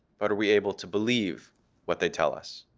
but are we able to believe what they tell us?